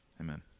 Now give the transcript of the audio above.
amen